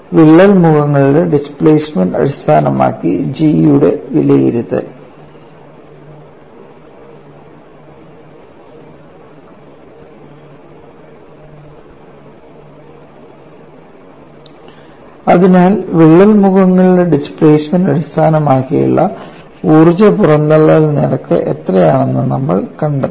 വിള്ളൽ മുഖങ്ങളുടെ ഡിസ്പ്ലേസ്മെന്റ് അടിസ്ഥാനമാക്കി G യുടെ വിലയിരുത്തൽ അതിനാൽ വിള്ളൽ മുഖങ്ങളുടെ ഡിസ്പ്ലേസ്മെൻറ് അടിസ്ഥാനമാക്കിയുള്ള ഊർജ്ജ പുറന്തള്ളൽ നിരക്ക് എത്രയാണെന്ന് നമ്മൾ കണ്ടെത്തും